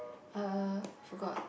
uh forgot